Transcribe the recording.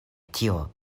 tio